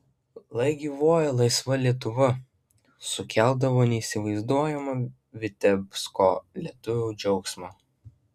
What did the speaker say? lai gyvuoja laisva lietuva sukeldavo neįsivaizduojamą vitebsko lietuvių džiaugsmą